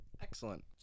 Excellent